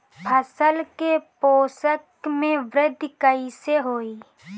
फसल के पोषक में वृद्धि कइसे होई?